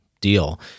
deal